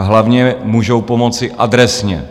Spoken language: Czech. Hlavně můžou pomoci adresně.